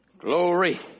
Glory